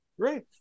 great